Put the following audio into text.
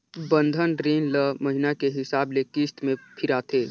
बंधन रीन ल महिना के हिसाब ले किस्त में फिराथें